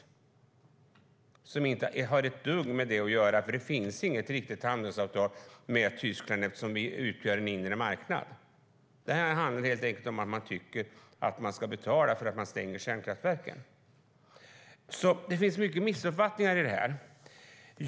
Det har inte ett dugg med ISDS att göra. Det finns nämligen inget riktigt handelsavtal med Tyskland eftersom vi utgör en inre marknad. Det handlar helt enkelt om att man tycker att staten ska betala för att kärnkraftverken stängs. Det finns alltså mycket missuppfattningar i detta.